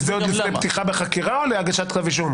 וזה עוד לפני פתיחה בחקירה או להגשת כתב אישום?